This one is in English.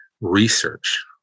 research